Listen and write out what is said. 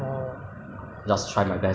and then 你们有 orientation ah 没有